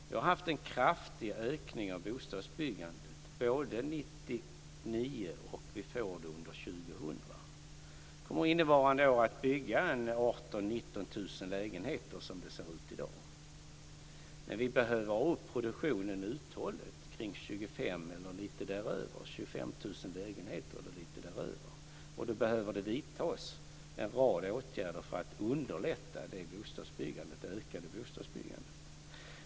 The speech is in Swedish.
Vi har haft en kraftig ökning av bostadsbyggandet 1999 och vi får det under 2000. Det kommer under innevarande år att byggas 18 000-19 000 lägenheter, som det ser ut i dag. Men det behövs en uthållig ökning av produktionen till ca 25 000 lägenheter eller lite däröver. Då behöver en rad åtgärder vidtas för att underlätta det ökade bostadsbyggandet.